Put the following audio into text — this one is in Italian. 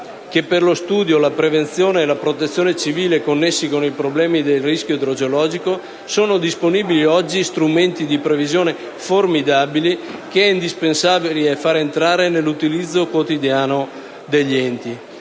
che per lo studio, la prevenzione e la protezione civile, connessi con i problemi del rischio idrogeologico, sono disponibili oggi strumenti di previsione formidabili, che è indispensabile far entrare nell'utilizzo quotidiano degli enti;